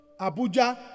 Abuja